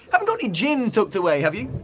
um got any gin tucked away have you?